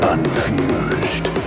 Unfused